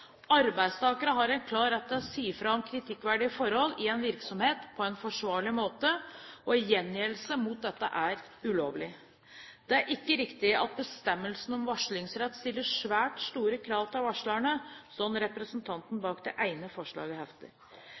Arbeidstakere har en klar rett til å si fra om kritikkverdige forhold i en virksomhet på en forsvarlig måte, og gjengjeldelse mot dette er ulovlig. Det er ikke riktig at bestemmelsen om varslingsrett stiller svært store krav til varslerne, som representanten bak det ene forslaget